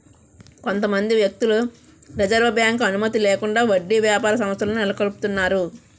కొంతమంది వ్యక్తులు reserve bank అనుమతి లేకుండా వడ్డీ వ్యాపార సంస్థలను నెలకొల్పుతారు